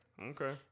Okay